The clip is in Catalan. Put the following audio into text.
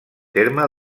terme